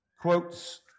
quotes